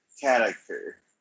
character